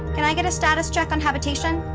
and i get a status check on habitation?